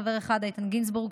חבר אחד: איתן גינזבורג,